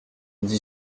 dit